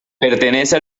pertenece